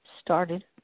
started